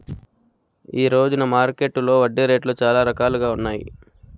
ఈ రోజున మార్కెట్టులో వడ్డీ రేట్లు చాలా రకాలుగా ఉన్నాయి